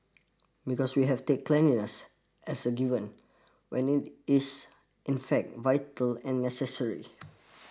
because we have take cleanliness as a given when it is in fact vital and necessary